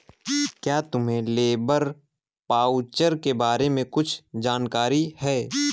क्या तुम्हें labour voucher के बारे में कुछ जानकारी है?